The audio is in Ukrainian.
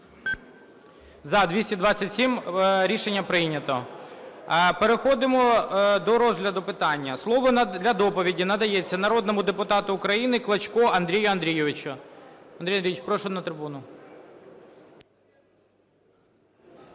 За-227 Рішення прийнято. Переходимо до розгляду питання. Слово для доповіді надається народному депутату України Клочко Андрію Андрійовичу. Андрій Андрійович, прошу на трибуну.